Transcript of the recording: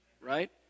right